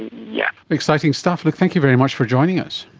yes. exciting stuff. and thank you very much for joining us.